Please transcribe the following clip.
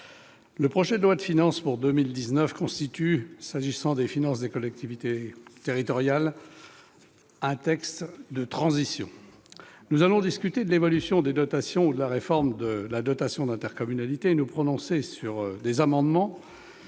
le projet de loi de finances pour 2019 constitue, s'agissant des finances des collectivités territoriales, un texte de transition. Nous allons discuter de l'évolution des dotations ou de la réforme de la dotation d'intercommunalité et nous prononcer sur des amendements